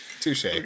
touche